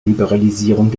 liberalisierung